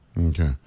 Okay